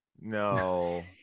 no